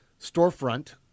storefront